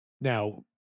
Now